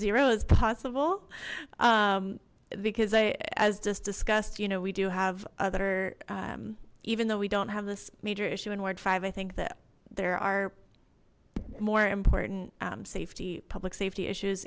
zero as possible because i as just discussed you know we do have other even though we don't have this major issue in ward five i think that there are more important safety public safety issues